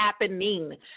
happening